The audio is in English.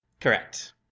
Correct